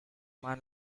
man